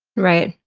right.